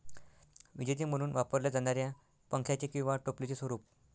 विजेते म्हणून वापरल्या जाणाऱ्या पंख्याचे किंवा टोपलीचे स्वरूप